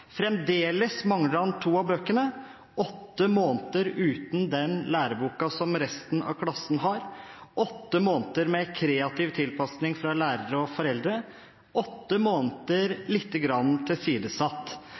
Fremdeles mangler han to av bøkene – åtte måneder uten den læreboken som resten av klassen har, åtte måneder med kreativ tilpasning fra lærere og foreldre, åtte måneder lite grann tilsidesatt.